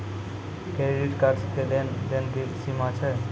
Credit card के लेन देन के की सीमा छै?